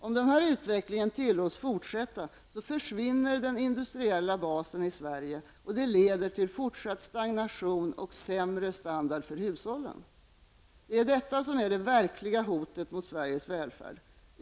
Om denna utveckling tillåts fortsätta försvinner den industriella basen i Sverige, och det leder till fortsatt stagnation och sämre standard för hushållen. Detta är det verkliga hotet mot Sveriges välfärd.